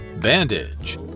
Bandage